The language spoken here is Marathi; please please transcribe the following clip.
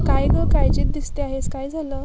काय गं काळजीत दिसते आहेस काय झालं